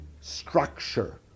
structure